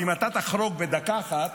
ואם אתה תחרוג בדקה אחת,